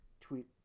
tweet